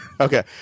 Okay